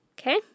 Okay